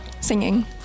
singing